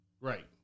Right